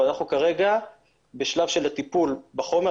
אנחנו כרגע בשלב של הטיפול בחומר.